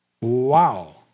Wow